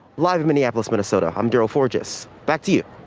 live in minneapolis minnesota. i'm darryl forges back to you.